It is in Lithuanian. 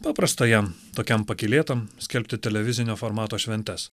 paprastajam tokiam pakylėtam skelbti televizinio formato šventes